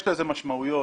יש לזה משמעויות